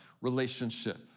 relationship